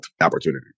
opportunity